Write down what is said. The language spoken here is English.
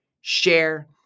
share